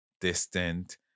distant